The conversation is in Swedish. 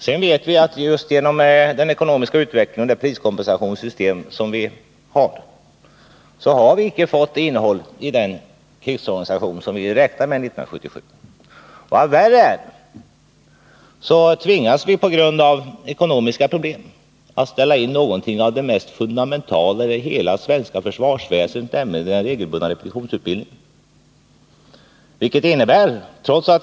Men det är bekant att vi genom den ekonomiska utvecklingen och vårt nuvarande priskompensationssystem icke har fått det innehåll i krigsorganisationen som vi räknade med 1977. Vad värre är: vi har tvingats på grund av ekonomiska problem att skära ned någonting av det mest fundamentala i hela det svenska försvarsväsendet, nämligen den regelbundna repetitionsutbildningen.